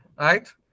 right